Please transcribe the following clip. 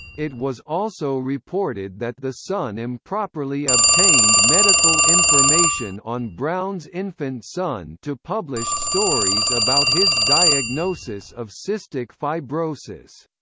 it was also reported that the sun improperly obtained medical information on brown's infant son to publish stories about his diagnosis of cystic fibrosis.